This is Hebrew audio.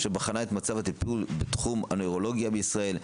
שבחנה את מצב הטיפול בתחום הנוירולוגיה בישראל,